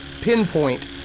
pinpoint